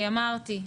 אמרתי,